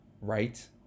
right